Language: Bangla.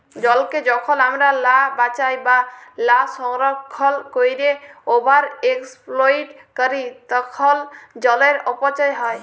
জলকে যখল আমরা লা বাঁচায় বা লা সংরক্ষল ক্যইরে ওভার এক্সপ্লইট ক্যরি তখল জলের অপচয় হ্যয়